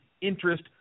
interest